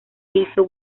hizo